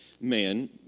man